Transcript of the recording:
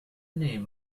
name